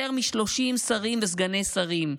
יותר מ-30 שרים וסגני שרים.